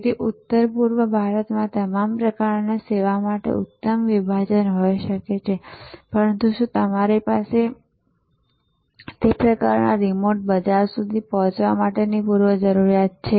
તેથી ઉત્તર પૂર્વ ભારતમાં તમારા પ્રકારની સેવા માટે ઉત્તમ વિભાજન હોઈ શકે છે પરંતુ શું તમારી પાસે તે પ્રકારના રિમોટ બજાર સુધી પહોંચવા માટેની પૂર્વ જરૂરિયાત છે